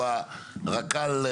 שהוא רכ"ל,